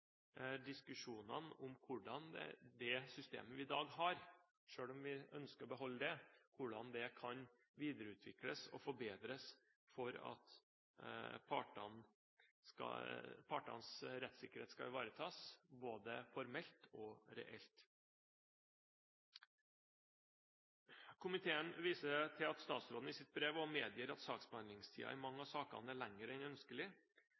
diskusjonene om hvordan det systemet vi i dag har – selv om vi ønsker å beholde det – kan videreutvikles og forbedres for at partenes rettssikkerhet skal ivaretas både formelt og reelt. Komiteen viser til at statsråden i sitt brev også medgir at saksbehandlingstiden i mange av sakene er lenger enn ønskelig,